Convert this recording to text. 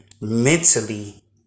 mentally